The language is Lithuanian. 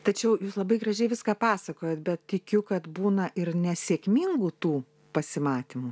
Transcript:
tačiau labai gražiai viską pasakojat bet tikiu kad būna ir nesėkmingų tų pasimatymų